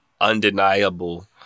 undeniable